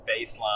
baseline